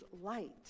light